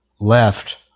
left